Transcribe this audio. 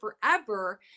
forever